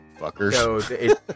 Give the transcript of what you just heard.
Fuckers